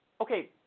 Okay